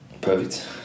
perfect